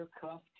cuff